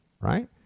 right